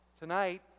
Tonight